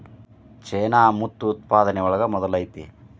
ಚೇನಾ ಮುತ್ತು ಉತ್ಪಾದನೆ ಒಳಗ ಮೊದಲ ಐತಿ